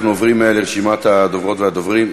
אנחנו עוברים לרשימת הדוברות והדוברים.